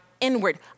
inward